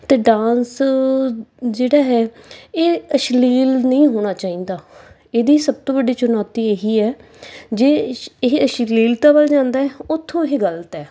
ਅਤੇ ਡਾਂਸ ਜਿਹੜਾ ਹੈ ਇਹ ਅਸ਼ਲੀਲ ਨਹੀਂ ਹੋਣਾ ਚਾਹੀਦਾ ਇਹਦੀ ਸਭ ਤੋਂ ਵੱਡੀ ਚੁਣੌਤੀ ਇਹੀ ਹੈ ਜੇ ਏਸ਼ ਇਹ ਅਸ਼ਲੀਲਤਾ ਵੱਲ ਜਾਂਦਾ ਹੈ ਉਥੋਂ ਇਹ ਗਲਤ ਹੈ